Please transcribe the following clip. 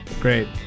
Great